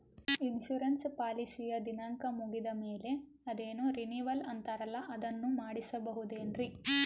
Insurance ಪಾಲಿಸಿಯ ದಿನಾಂಕ ಮುಗಿದ ಮೇಲೆ ಅದೇನೋ ರಿನೀವಲ್ ಅಂತಾರಲ್ಲ ಅದನ್ನು ಮಾಡಿಸಬಹುದೇನ್ರಿ?